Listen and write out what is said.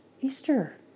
Easter